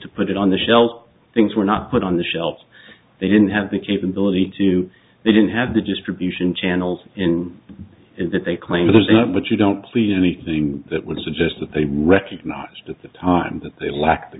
to put it on the shelf things were not put on the shelves they didn't have the capability to they didn't have the distribution channels in it that they claim but you don't see anything that would suggest that they recognized at the time that they lack the